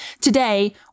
Today